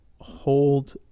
hold